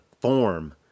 form